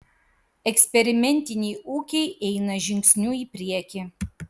eksperimentiniai ūkiai eina žingsniu į priekį